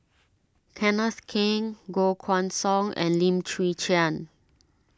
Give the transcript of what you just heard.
Kenneth Keng Koh Guan Song and Lim Chwee Chian